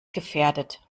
gefährdet